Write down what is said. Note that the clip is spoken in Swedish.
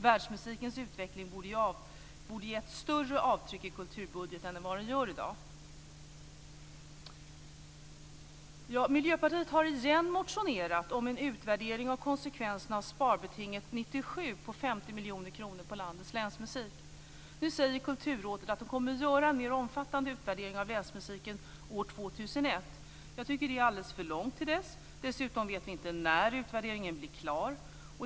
Världsmusikens utveckling borde ha gett större avtryck i kulturbudgeten än vad den gör i dag. Miljöpartiet har igen motionerat om en utvärdering av konsekvenserna av sparbetinget 1997 på 50 miljoner kronor på landets länsmusik. Nu säger Kulturrådet att man kommer att göra en mer omfattande utvärdering av länsmusiken år 2001. Jag tycker att det är alldeles för långt till dess. Dessutom vet vi inte när utvärderingen blir klar.